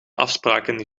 afspraken